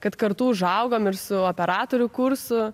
kad kartu užaugom ir su operatorių kurso